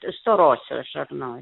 storosios žarnos